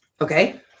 Okay